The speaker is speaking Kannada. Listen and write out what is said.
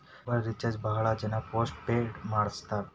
ಮೊಬೈಲ್ ರಿಚಾರ್ಜ್ ಭಾಳ್ ಜನ ಪೋಸ್ಟ್ ಪೇಡ ಮಾಡಸ್ತಾರ